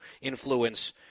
influence